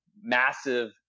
massive